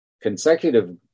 consecutive